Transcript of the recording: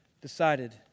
decided